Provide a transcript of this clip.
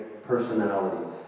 personalities